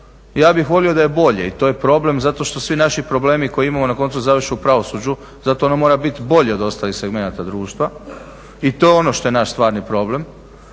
Ja bih volio da je bolje i to je problem zato što svi naši problem koje imamo na koncu završe u pravosuđu, zato ona mora bit bolja od ostalih segmenta društva i to je ono što je naš stvarni problem.